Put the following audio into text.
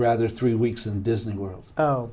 rather three weeks and disney world